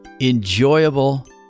enjoyable